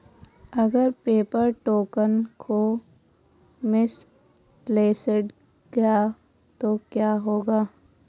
अगर paper token खो misplaced गया तो क्या होगा?